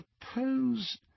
suppose—